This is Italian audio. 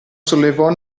sollevò